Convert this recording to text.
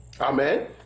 Amen